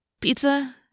Pizza